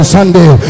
Sunday